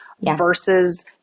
versus